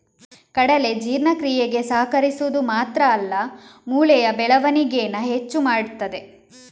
ಕಡಲೆ ಜೀರ್ಣಕ್ರಿಯೆಗೆ ಸಹಕರಿಸುದು ಮಾತ್ರ ಅಲ್ಲ ಮೂಳೆಯ ಬೆಳವಣಿಗೇನ ಹೆಚ್ಚು ಮಾಡ್ತದೆ